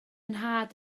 nhad